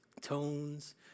tones